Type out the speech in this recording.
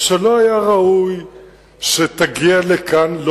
שלא היה ראוי שתגיע לכאן.